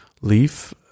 leaf